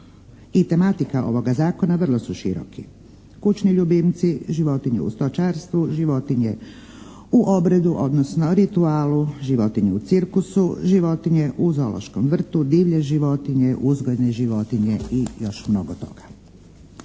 i tematika ovoga zakona vrlo su široki. Kućni ljubimci, životinje u stočarstvu, životinje u obredu, odnosno u ritualu, životinje u cirkusu, životinje u zoološkom vrtu, divlje životinje, uzgojne životinje i još mnogo toga.